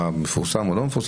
מה מפורסם או לא מפורסם,